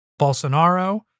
Bolsonaro